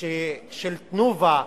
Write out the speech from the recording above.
של "תנובה"